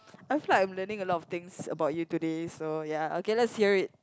I feel like I'm learning a lot of things about you today so ya okay let's hear it